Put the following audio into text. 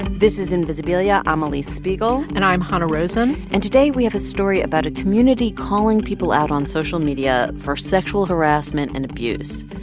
this is invisibilia. i'm ah alix spiegel and i'm hanna rosin and today, we have a story about a community calling people out on social media for sexual harassment and abuse.